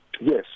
Yes